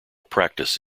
practice